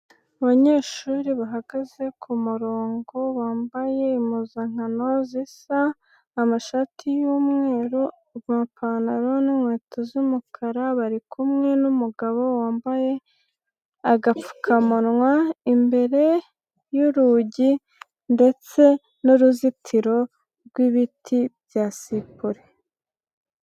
Abanyeshuri bahagaze ku murongo bambaye impuzankano zisa, amashati y'umweru, amapantaro n'inkweto z'umukara, bari kumwe n'umugabo wambaye agapfukamunwa, imbere y'urugi ndetse n'uruzitiro rw'ibiti bya sipure.